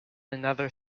another